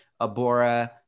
Abora